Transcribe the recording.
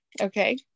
Okay